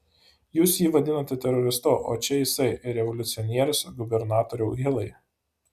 jūs jį vadinate teroristu o čia jisai revoliucionierius gubernatoriau hilai